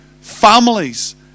families